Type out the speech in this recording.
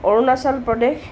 Arunachal Pradesh